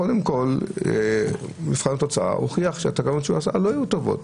קודם כל מבחן התוצאה הוכיח שהתקנות שהוא עשה לא היו טובות.